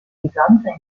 gesandter